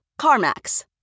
CarMax